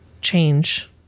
change